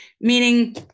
meaning